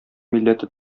милләте